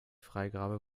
freigabe